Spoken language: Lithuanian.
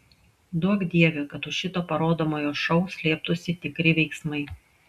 duok dieve kad už šito parodomojo šou slėptųsi tikri veiksmai